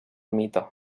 mite